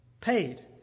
paid